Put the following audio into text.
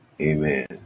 amen